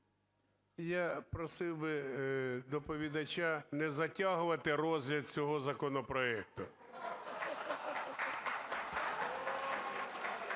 Я просив би доповідача не затягувати розгляд цього законопроекту.